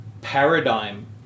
paradigm